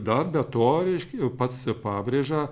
dar be to reiškia pats pabrėža